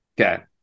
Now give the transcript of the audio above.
Okay